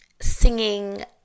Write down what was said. singing